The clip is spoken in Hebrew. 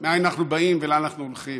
מאין אנחנו באים ולאן אנחנו הולכים,